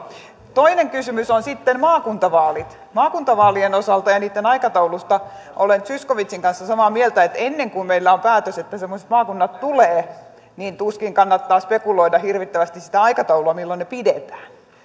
toinen kysymys on sitten maakuntavaalit maakuntavaalien osalta ja niitten aikataulusta olen edustaja zyskowiczin kanssa samaa mieltä että ennen kuin meillä on päätös että semmoiset maakunnat tulee niin tuskin kannattaa spekuloida hirvittävästi sitä aikataulua milloin ne pidetään